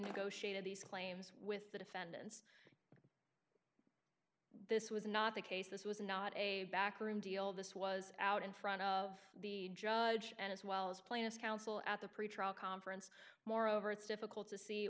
negotiated these claims with the defendants this was not the case this was not a backroom deal this was out in front of the judge and as well as plaintiffs counsel at the pretrial conference moreover it's difficult to see